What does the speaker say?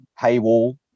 paywall